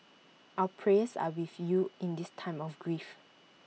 our prayers are with you in this time of grief